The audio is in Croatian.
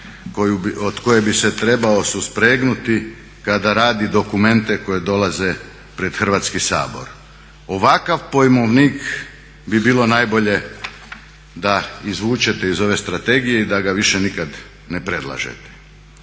od koje bi se trebao suspregnuti kada radi dokumente koji dolaze pred Hrvatski sabor. Ovakav pojmovnik bi bilo najbolje da izvučete iz ove strategije i da ga više nikada ne predlažete.